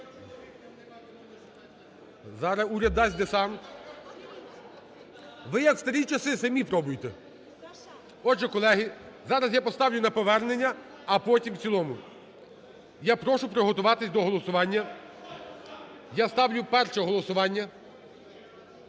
Зараз уряд дасть десант. Ви, як в старі часи, самі пробуйте. Отже, колеги, зараз я поставлю на повернення, а потім в цілому. Я прошу приготуватися до голосування. Я ставлю перше голосування.